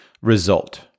result